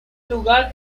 lugar